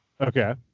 Okay